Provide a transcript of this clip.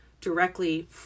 directly